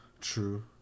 True